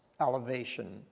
elevation